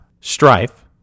strife